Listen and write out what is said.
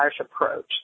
approach